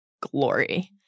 glory